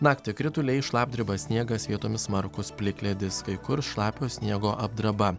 naktį krituliai šlapdriba sniegas vietomis smarkus plikledis kai kur šlapio sniego apdraba